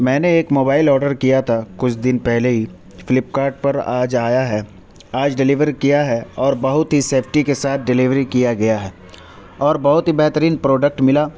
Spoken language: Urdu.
میں نے ایک موبائل آڈر کیا تھا کچھ دن پہلے ہی فلپ کارٹ پر آج آیا ہے آج ڈلیور کیا ہے اور بہت ہی سیفٹی کے ساتھ ڈلیوری کیا گیا ہے اور بہت ہی بہترین پروڈکٹ ملا